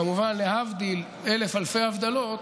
כמובן להבדיל אלף-אלפי הבדלות,